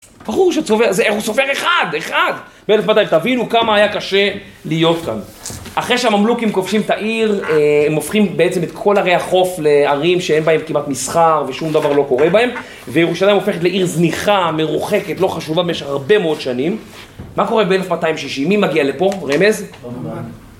בחור הוא שסופר, הוא סופר אחד, אחד, ב-1260, תבינו כמה היה קשה להיות כאן אחרי שהממלוכים כובשים את העיר, הם הופכים בעצם את כל ערי החוף לערים שאין בהם כמעט מסחר ושום דבר לא קורה בהם וירושלים הופכת לעיר זניחה, מרוחקת, לא חשובה במשך הרבה מאוד שנים מה קורה ב-1260? מי מגיע לפה? רמז?